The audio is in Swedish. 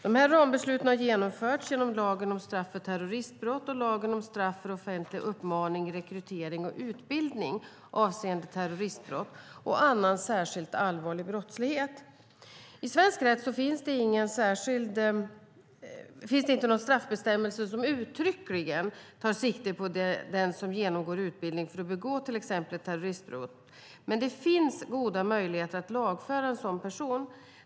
Dessa rambeslut har genomförts genom lagen om straff för terroristbrott och lagen om straff för offentlig uppmaning, rekrytering och utbildning avseende terroristbrott och annan särskilt allvarlig brottslighet. I svensk rätt finns det inte någon straffbestämmelse som uttryckligen tar sikte på den som genomgår utbildning för att begå till exempel ett terroristbrott, men det finns goda möjligheter att lagföra en sådan person.